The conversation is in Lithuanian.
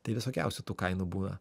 tai visokiausių tų kainų būna